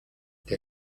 der